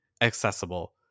accessible